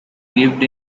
lived